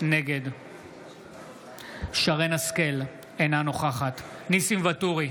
נגד שרן מרים השכל, אינה נוכחת ניסים ואטורי,